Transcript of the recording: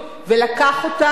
ולקח אותם,